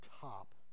top